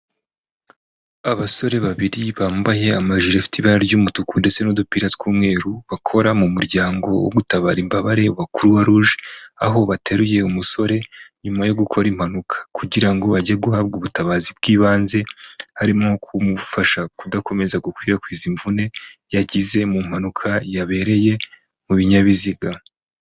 Abasore babiri bambaye amajiri afite ibara ry'umutuku ndetse n'udupira tw'umweru bakora mu muryango wo gutabara imbabare wa croix rouge, aho bateruye umusore nyuma yo gukora impanuka kugira ngo ajye guhabwa ubutabazi bw'ibanze harimo kumufasha kudakomeza gukwirakwiza imvune yagize mu mpanuka yabereye mu binyabiziga.